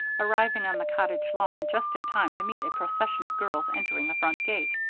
arriving on the cottage lawn just in time to meet a procession of girls entering the front gate.